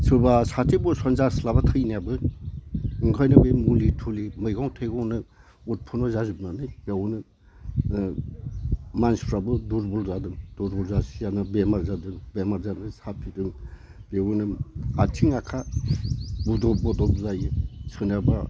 सोरबा साथि बसर जास्लाबा थैयो ओंखायनो मुलि थुलि मैगं थाइगंनो उदफन्न' जाजोबनानै बेवनो मानसिफ्राबो दुरबल जादों दुरबल जासे जानानै बेमार जादों बेमार साफिदों बेवनो आथिं आखाय बदब बदब जायो सोरनाबा